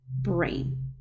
brain